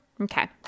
Okay